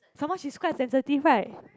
some more she's quite sensitive right